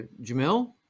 Jamil